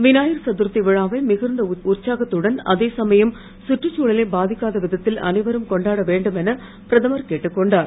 வினாயகர் சதுர்த்தி விழாவை மிகுந்த உற்சாகத்துடன் அதேசமயம் கற்றுச்தழலை பாதிக்காத விதத்தில் அனைவரும் கொண்டாட வேண்டும் என பிரதமர் கேட்டுக்கொண்டார்